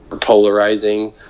polarizing